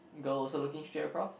girl also looking straight across